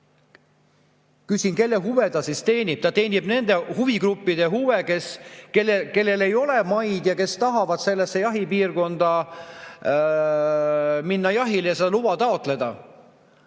Küsin, kelle huve see siis teenib. See teenib nende huvigruppide huve, kellel ei ole maid ja kes tahavad [mõnda] jahipiirkonda jahile minna ja seda luba taotleda.